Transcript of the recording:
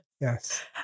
Yes